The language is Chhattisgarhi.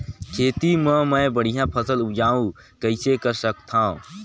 खेती म मै बढ़िया फसल उपजाऊ कइसे कर सकत थव?